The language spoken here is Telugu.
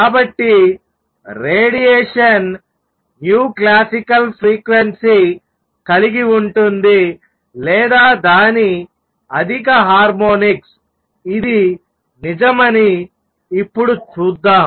కాబట్టి రేడియేషన్ classical ఫ్రీక్వెన్సీ కలిగి ఉంటుంది లేదా దాని అధిక హార్మోనిక్స్ఇది నిజమని ఇప్పుడు చూద్దాం